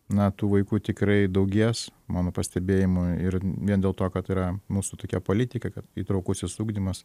na tų vaikų tikrai daugės mano pastebėjimu ir vien dėl to kad yra mūsų tokia politika kad įtraukusis ugdymas